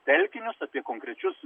telkinius apie konkrečius